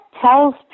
tells